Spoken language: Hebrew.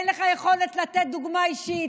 אין לך יכולת לתת דוגמה אישית,